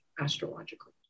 astrologically